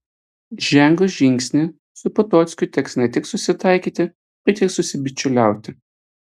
žengus žingsnį su potockiu teks ne tik susitaikyti bet ir susibičiuliauti